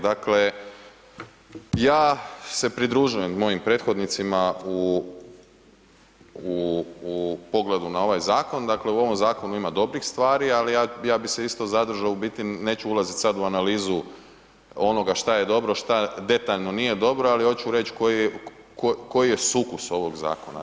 Dakle, ja se pridružujem mojim prethodnicima u pogledu na ovaj zakon, dakle u ovom zakonu ima dobrih stvari ali ja bi se isto zadržao, u biti, neću ulazit sad u analizu onoga šta je dobro, šta detaljno nije dobro ali oću reć koji je sukus ovog zakona.